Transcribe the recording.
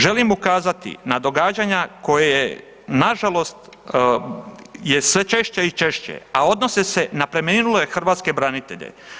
Želim ukazati na događanja koje nažalost je sve češće i češće, a odnosi se na preminule hrvatske branitelje.